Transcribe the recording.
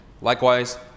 Likewise